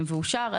ואושר,